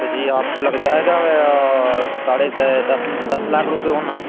तो जी आपको लग जाएगा साढ़े दे दस दस लाख रुपये होना